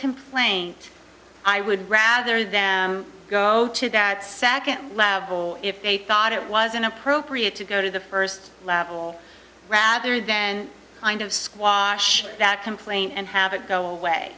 complaint i would rather them go to that second level if they thought it was inappropriate to go to the first level rather then kind of squash that complaint and have